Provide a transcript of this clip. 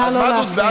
נא לא להפריע,